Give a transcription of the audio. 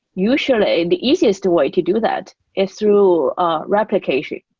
usually, the easiest way to do that is through replication.